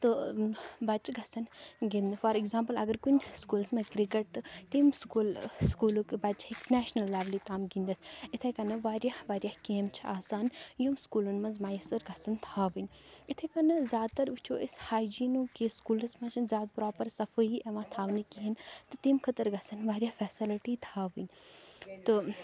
تہٕ بَچہِ گژھَن گِنٛدنہٕ فار ایٚگزامپٕل اگر کُنہِ سُکوٗلَس منٛز کرکٹ تمہِ سُکوٗل سُکوٗلُک بَچہِ ہیٚکہِ نیشنَل لیولہِ تام گِنٛدِتھ یِتھَے کٔنۍ وارِیاہ وارِیاہ گیمہٕ چھِ آسان یِم سکوٗلَن منٛز میسر گژھَن تھاوٕنۍ یِتھَے کٔنۍ زیادٕ تَر وُچھو أسۍ ہایجیٖنُک کہِ سکوٗلَس منٛز چھَنہٕ زیادٕ پرٛاپَر صفٲیی یِوان تھاونہٕ کِہیٖنۍ تہٕ تمہِ خٲطرٕ گژھَن وارِیاہ فیسَلٹی تھاوٕنۍ تہٕ